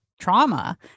trauma